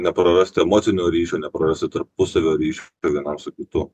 neprarast emocinio ryšio neprarasti tarpusavio ryšių vienam su kitu